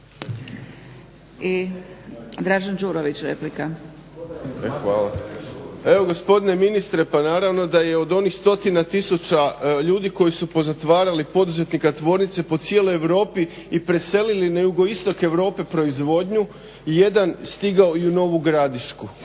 Dražen (HDSSB)** Hvala. Evo gospodine ministre pa naravno da je od onih stotina tisuća ljudi koji su pozatvarali poduzetnika tvornice po cijeloj Europi i preselili na Jugoistok Europe proizvodnju jedan stigao i u Novu Gradišku